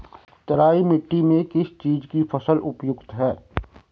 तराई मिट्टी में किस चीज़ की फसल उपयुक्त है?